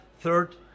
Third